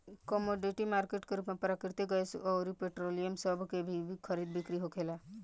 commodity market के रूप में प्राकृतिक गैस अउर पेट्रोलियम सभ के भी खरीद बिक्री होखेला